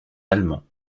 allemands